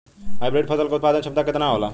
Hybrid फसल क उत्पादन क्षमता केतना होला?